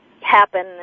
happen